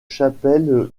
chapelle